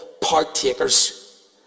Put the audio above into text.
partakers